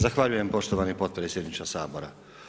Zahvaljujem poštovani podpredsjedniče Sabora.